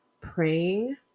praying